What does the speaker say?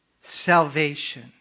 salvation